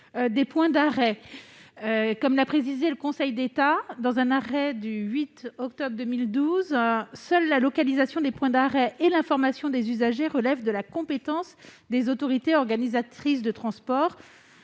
des points d'arrêt. Comme l'a précisé le Conseil d'État dans un arrêt du 8 octobre 2012, seule la localisation des points d'arrêt et l'information des usagers relèvent de la compétence des autorités organisatrices de transport